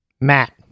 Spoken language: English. Matt